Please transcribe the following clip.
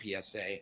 PSA